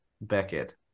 Beckett